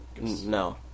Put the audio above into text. No